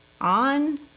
on